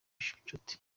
nshuti